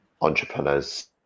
entrepreneurs